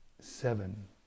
seven